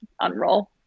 unroll